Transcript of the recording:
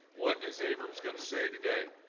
what is abrams going to say today?